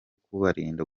kubarinda